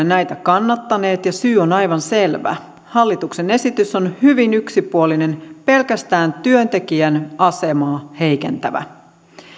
näitä kannattaneet ja syy on aivan selvä hallituksen esitys on hyvin yksipuolinen pelkästään työntekijän asemaa heikentävä